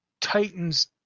Titans